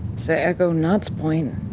to echo nott's point,